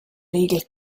regel